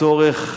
הצורך